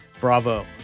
bravo